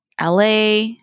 LA